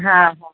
हा हा